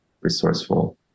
resourceful